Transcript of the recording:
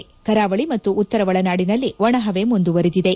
ಉಳಿದಂತೆ ಕರಾವಳಿ ಮತ್ತು ಉತ್ತರ ಒಳನಾಡಿನಲ್ಲಿ ಒಣಹವೆ ಮುಂದುವರಿದಿದೆ